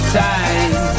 time